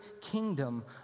kingdom